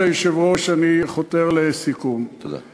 לסיום, לבקשת היושב-ראש, אני חותר לסיכום, תודה.